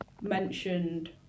mentioned